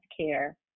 care